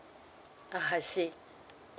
I see